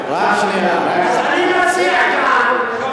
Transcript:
ראש עיריית טבריה,